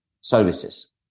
services